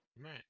Right